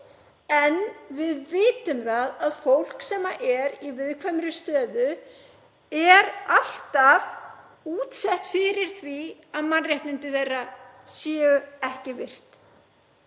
En við vitum það að fólk sem er í viðkvæmri stöðu er alltaf útsett fyrir því að mannréttindi þeirra séu ekki virt.